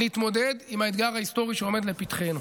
בהתמודדות עם האתגר ההיסטורי שעומד לפתחנו.